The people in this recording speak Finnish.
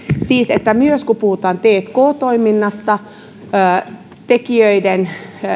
siis myös kun puhutaan tk toiminnasta on tekijöiden